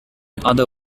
other